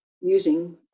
using